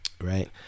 right